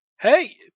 hey